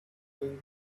going